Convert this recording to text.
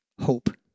hope